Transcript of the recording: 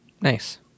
Nice